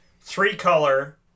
three-color